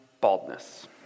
Baldness